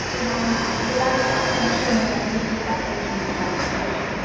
now the last section i wanted to tackle is language.